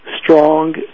strong